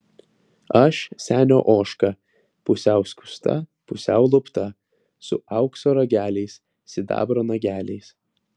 aš senio ožka pusiau skusta pusiau lupta su aukso rageliais sidabro nageliais